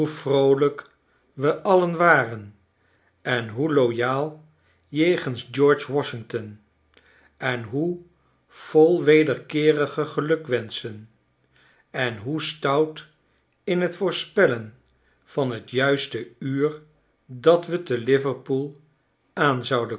we alien waren en hoe loyaal jegens george washington en hoe vol wederkeerige gelukwenschen en hoe stout in t voorspelien van t juiste uur dat we te l